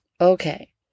Okay